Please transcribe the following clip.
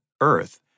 Earth